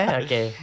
okay